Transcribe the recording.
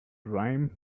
rhyme